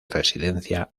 residencia